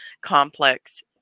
complex